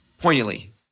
poignantly